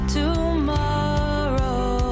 tomorrow